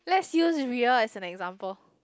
let's use Ria as an example